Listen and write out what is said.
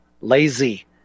lazy